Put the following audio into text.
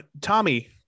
Tommy